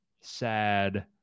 sad